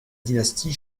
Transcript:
dynastie